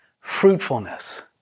fruitfulness